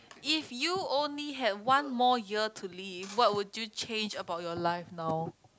if you only have one more year to live what would you change about your life now